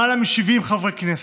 למעלה מ-70 חברי כנסת.